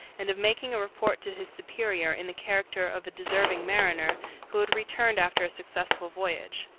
and of making a report to his superior in the character of a deserving mariner who had returned after a successful voyage.